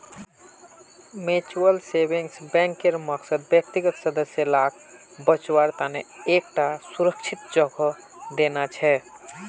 mutual savings बैंकेर मकसद व्यक्तिगत सदस्य लाक बच्वार तने एक टा सुरक्ष्हित जोगोह देना छे